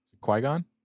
Qui-Gon